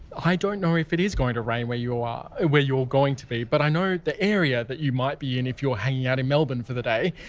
i don't know if it is going to rain where you are, where you're going to be but i know the area that you might be in if you're hanging out in melbourne for the day,